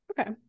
Okay